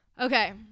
Okay